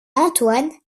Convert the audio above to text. antoine